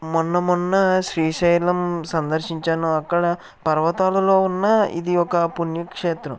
మొన్న మొన్న శ్రీశైలం సందర్శించాను అక్కడ పర్వతాలలో ఉన్న ఇది ఒక పుణ్యక్షేత్రం